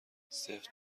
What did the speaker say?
سفت